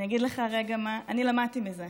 אני אגיד לך רגע מה אני למדתי מזה.